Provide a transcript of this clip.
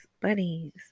Buddies